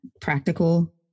practical